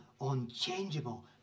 unchangeable